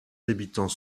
habitants